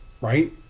Right